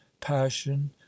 passion